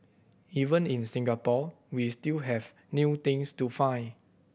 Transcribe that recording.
even in Singapore we still have new things to find